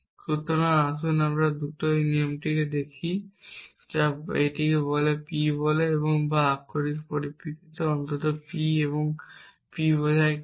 সুতরাং আসুন আমরা দ্রুত এই নিয়মটি দেখি যা বলে এটি P বলে বা এটি আক্ষরিক পরিপ্রেক্ষিতে অন্তত P এবং P বোঝায় Q